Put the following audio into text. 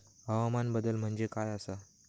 हवामान बदल म्हणजे काय आसा?